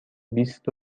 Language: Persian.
بیست